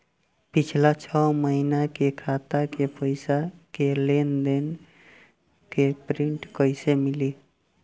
पिछला छह महीना के खाता के पइसा के लेन देन के प्रींट कइसे मिली?